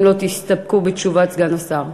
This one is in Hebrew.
אם לא תסתפקו בתשובת סגן השר.